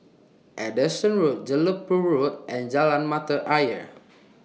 Anderson Road Jelebu Road and Jalan Mata Ayer